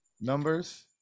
numbers